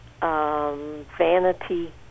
vanity